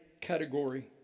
category